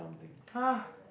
!huh!